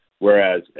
Whereas